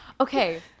Okay